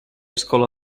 escola